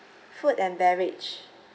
food and beverage